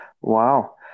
Wow